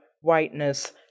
whiteness